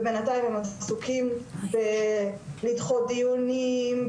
ובינתיים הם עסוקים בלדחות דיונים,